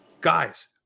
Guys